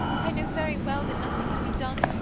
i know very well that nothing can be done.